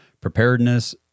preparedness